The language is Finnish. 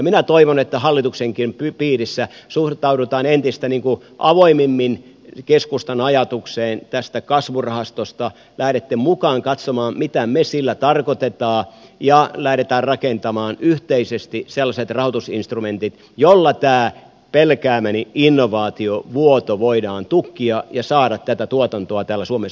minä toivon että hallituksenkin piirissä suhtaudutaan entistä avoimemmin keskustan ajatukseen tästä kasvurahastosta lähdette mukaan katsomaan mitä me sillä tarkoitamme ja lähdetään rakentamaan yhteisesti sellaiset rahoitusinstrumentit joilla tämä pelkäämäni innovaatiovuoto voidaan tukkia ja saada tätä tuotantoa tapahtumaan täällä suomessa